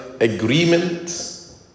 agreement